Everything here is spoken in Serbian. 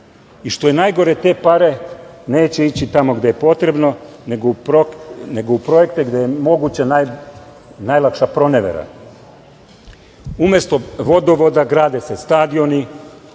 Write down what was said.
Što je najgore te pare neće ići tamo gde je potrebno, nego u projekte gde je moguća najlakša pronevera. Umesto vodovoda grade se stadioni,